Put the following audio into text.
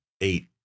eight